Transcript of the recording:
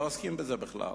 הם לא עוסקים בזה בכלל,